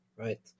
Right